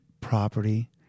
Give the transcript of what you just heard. property